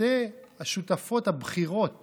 שתי השותפות הבכירות